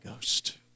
Ghost